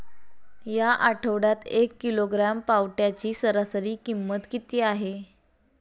या आठवड्यात एक किलोग्रॅम पावट्याची सरासरी किंमत किती आहे?